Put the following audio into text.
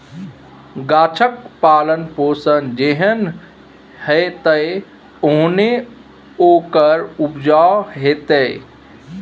गाछक पालन पोषण जेहन हेतै ओहने ओकर उपजा हेतै